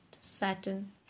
satin